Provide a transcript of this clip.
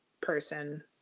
person